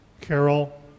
Carol